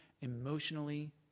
emotionally